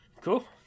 Cool